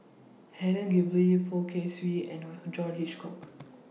Helen Gilbey Poh Kay Swee and John Hitchcock